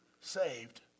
saved